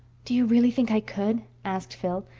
do you really think i could? asked phil.